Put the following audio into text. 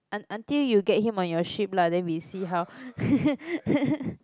un~ until you get him on your ship lah then we see how